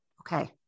Okay